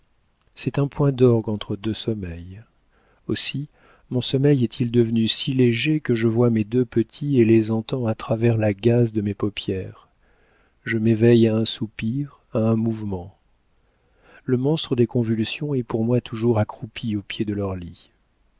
c'est un point d'orgue entre deux sommeils aussi mon sommeil est-il devenu si léger que je vois mes deux petits et les entends à travers la gaze de mes paupières je m'éveille à un soupir à un mouvement le monstre des convulsions est pour moi toujours accroupi au pied de leurs lits